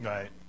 Right